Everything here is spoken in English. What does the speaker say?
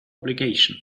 obligation